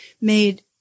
made